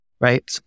Right